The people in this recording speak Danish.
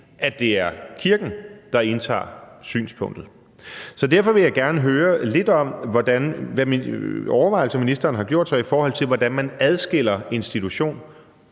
at det er kirken, der indtager synspunktet. Så derfor vil jeg gerne høre lidt om, hvilke overvejelser ministeren har gjort sig i forhold til, hvordan man adskiller institutionen